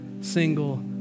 single